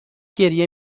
گریه